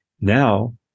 now